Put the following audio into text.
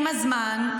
עם הזמן,